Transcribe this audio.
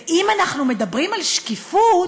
ואם אנחנו מדברים על שקיפות,